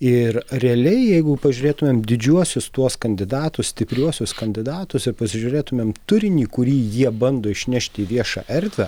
ir realiai jeigu pažiūrėtumėm didžiuosius tuos kandidatus stipriuosius kandidatus ir pasižiūrėtumėm turinį kurį jie bando išnešti į viešą erdvę